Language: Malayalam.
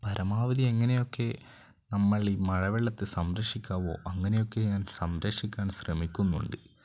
പരമാവധി എങ്ങനെയൊക്കെ നമ്മൾ ഈ മഴവെള്ളത്തെ സംരക്ഷിക്കാവോ അങ്ങനെയൊക്കെ ഞാൻ സംരക്ഷിക്കാൻ ശ്രമിക്കുന്നുണ്ട്